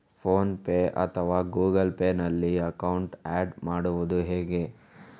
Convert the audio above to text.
Phone pay ಅಥವಾ Google pay ನಲ್ಲಿ account add ಮಾಡುವುದು ಹೇಗೆ?